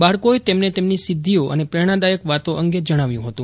બાળકોએ તેમને તેમની સિધ્ધિઓ અને પ્રેરણાદાયક વાતો અંગે જણાવ્યું હતું